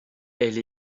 elle